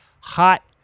hot